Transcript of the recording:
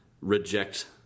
reject